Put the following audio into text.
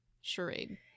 charade